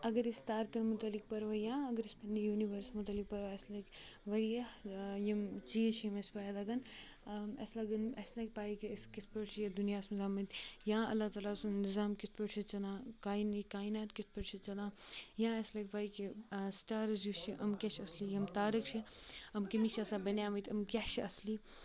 اگر أسۍ تارکَن مُتعلِق پَرو یا اگر أسۍ پَننہِ یوٗنِوٲرٕس مُتعلِق پَرو اَسہِ لَگہِ ؤریَس یِم چیٖز چھِ یِم اَسہِ پاے لَگَن اَسہِ لَگَن اَسہِ لَگہِ پاے کہِ أسۍ کِتھ پٲٹھۍ چھِ یَتھ دُنیَہَس مَنٛز آمٕتۍ یا اللہ تعالٰی سُنٛد نِظام کِتھ پٲٹھۍ چھُ چلان کاینی کاینات کِتھ پٲٹھۍ چھُ چلان یا اَسہِ لَگہِ پاے کہِ سٹارٕز یُس چھِ یِم کیاہ چ ھِ اصلی یِم تارَک چھِ یِم کٔمیِکۍ چھِ آسان بَنے مٕتۍ یِم کیاہ چھِ اصلی